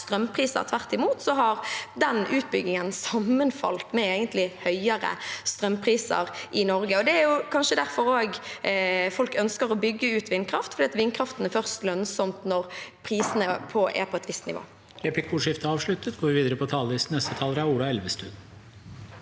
strømpriser. Tvert imot har den utbyggingen egentlig sammenfalt med høyere strømpriser i Norge. Det er kanskje også derfor folk ønsker å bygge ut vindkraft, fordi vindkraften først er lønnsom når prisene er på et visst nivå.